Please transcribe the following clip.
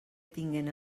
tinguen